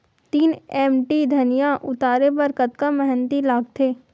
तीन एम.टी धनिया उतारे बर कतका मेहनती लागथे?